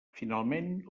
finalment